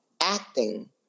acting